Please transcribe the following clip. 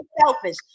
selfish